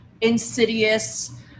insidious